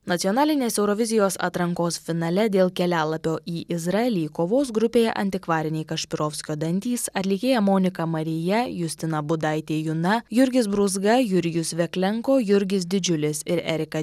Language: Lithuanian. nacionalinės eurovizijos atrankos finale dėl kelialapio į izraelį kovos grupėje antikvariniai kašpirovskio dantys atlikėja monika marija justina budaitė juna jurgis brūzga jurijus veklenko jurgis didžiulis ir erika